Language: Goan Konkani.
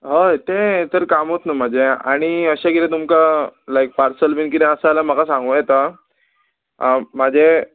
हय तें तर कामूच न्हू म्हाजें आनी अशें किदें तुमकां लायक पार्सल बीन कितें आसा जाल्यार म्हाका सांगूं येता म्हाजें